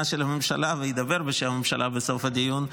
של הממשלה וידבר בשם הממשלה בסוף הדיון.